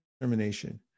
determination